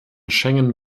schengen